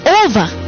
over